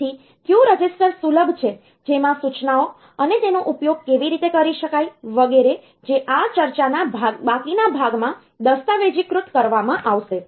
તેથી કયું રજિસ્ટર સુલભ છે જેમાં સૂચનાઓ અને તેનો ઉપયોગ કેવી રીતે કરી શકાય વગેરે જે આ ચર્ચાના બાકીના ભાગમાં દસ્તાવેજીકૃત કરવામાં આવશે